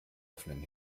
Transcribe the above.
offenen